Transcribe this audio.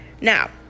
Now